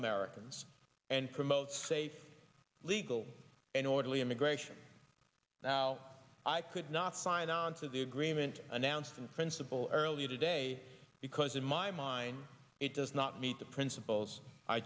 americans and promote safe legal and orderly immigration now i could not sign on to the agreement announced in principle earlier today because in my mind it does not meet the principles i